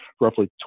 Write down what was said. roughly